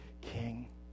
king